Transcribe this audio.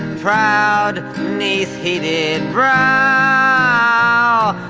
proud neath heated brow ah,